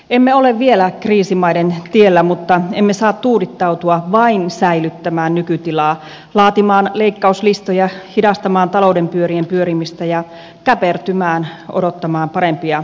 emme ole vielä kriisimaiden tiellä mutta emme saa tuudittautua vain säilyttämään nykytilaa laatimaan leikkauslistoja hidastamaan talouden pyörien pyörimistä ja käpertymään odottamaan parempia aikoja